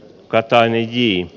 katainen hiin